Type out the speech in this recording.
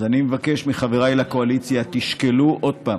אז אני מבקש מחבריי לקואליציה: תשקלו עוד פעם